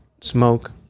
smoke